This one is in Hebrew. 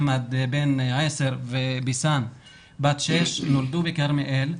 אחמד בן עשר וביסאן בת שש נולדו בכרמיאל.